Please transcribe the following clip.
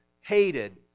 hated